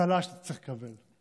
צל"ש אתה צריך לקבל.